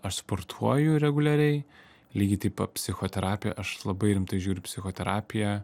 aš sportuoju reguliariai lygiai taip pat psichoterapija aš labai rimtai žiūriu į psichoterapiją